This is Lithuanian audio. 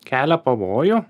kelia pavojų